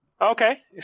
Okay